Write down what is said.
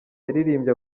yaririmbye